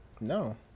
No